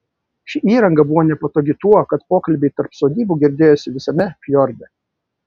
ši įranga buvo nepatogi tuo kad pokalbiai tarp sodybų girdėjosi visame fjorde